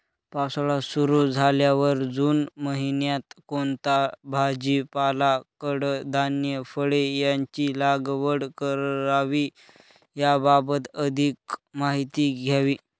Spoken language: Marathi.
पावसाळा सुरु झाल्यावर जून महिन्यात कोणता भाजीपाला, कडधान्य, फळे यांची लागवड करावी याबाबत अधिक माहिती द्यावी?